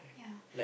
yeah